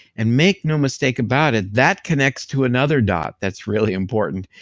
and make no mistake about it, that connects to another dot that's really important,